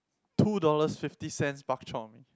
two dollars fifty cents bak-chor-mee